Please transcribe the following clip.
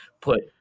put